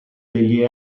degli